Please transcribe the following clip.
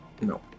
No